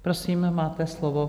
Prosím, máte slovo.